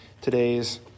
today's